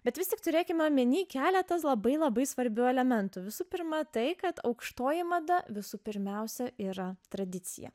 bet vis tik turėkime omeny keletą labai labai svarbių elementų visų pirma tai kad aukštoji mada visų pirmiausia yra tradicija